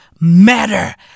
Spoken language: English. matter